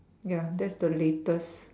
ya that's the latest